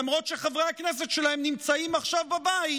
למרות שחברי הכנסת שלהן נמצאים עכשיו בבית,